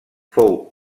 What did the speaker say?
fou